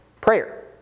prayer